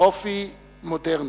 אופי מודרני.